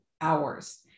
hours